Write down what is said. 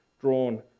drawn